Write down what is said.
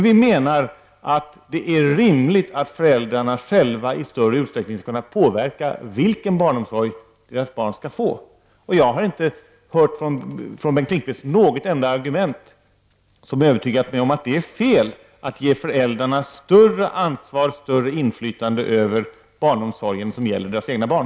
Vi menar dock att det är rimligt att föräldrarna själva i större utsträckning skall kunna påverka vilken barnomsorg deras barn skall få. Jag har inte hört något enda argument från Bengt Lindqvist som övertygat mig om att det är fel att ge föräldrarna större ansvar och större inflytande över den barnomsorg som gäller deras egna barn.